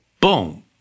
Boom